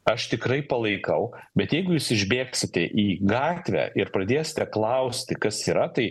aš tikrai palaikau bet jeigu jūs išbėgsite į gatvę ir pradėsite klausti kas yra tai